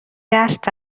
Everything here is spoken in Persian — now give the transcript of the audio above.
دست